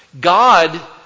God